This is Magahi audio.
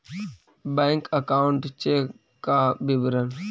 बैक अकाउंट चेक का विवरण?